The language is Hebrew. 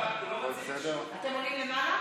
הם עולים למעלה.